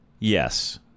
Yes